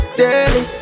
daily